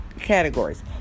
categories